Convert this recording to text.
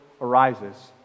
arises